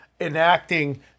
enacting